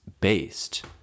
based